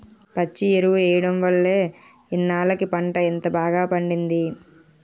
పచ్చి ఎరువు ఎయ్యడం వల్లే ఇన్నాల్లకి పంట ఇంత బాగా పండింది